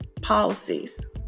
policies